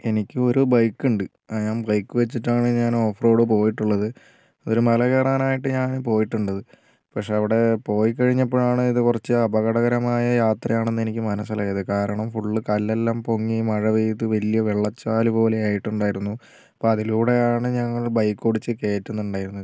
എനിക്കൊരു ബൈക്ക് ഉണ്ട് ആ ബൈക്ക് വെച്ചിട്ടാണ് ഞാൻ ഓഫ്റോഡ് പോയിട്ടുള്ളത് ഒരു മലകയറാൻ ആയിട്ട് ഞാൻ പോയിട്ടുള്ളത് പക്ഷേ അവിടെ പോയിക്കഴിഞ്ഞപ്പോഴാണ് ഇത് കുറച്ച് അപകടകരമായ യാത്രയാണെന്ന് എനിക്ക് മനസ്സിലായത് കാരണം ഫുള്ള് കല്ലെല്ലാം പൊങ്ങി മഴ പെയ്തു വലിയ വെള്ളച്ചാല് പോലെ ആയിട്ടുണ്ടായിരുന്നു അപ്പോൾ അതിലൂടെയാണ് ഞങ്ങൾ ബൈക്കോടിച്ചു കേറ്റുന്നുണ്ടായിരുന്നത്